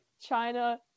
china